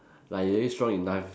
like they already strong enough